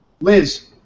Liz